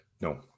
No